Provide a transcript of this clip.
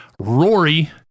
Rory